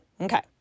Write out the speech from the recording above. Okay